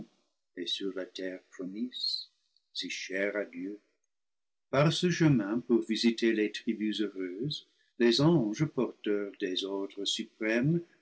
et sur la terre promise si chère à dieu par ce chemin pour visiter les tribus heureuses les anges porteurs des ordres suprêmes